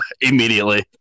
immediately